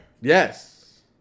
Yes